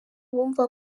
bumva